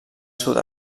sud